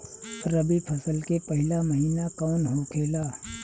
रबी फसल के पहिला महिना कौन होखे ला?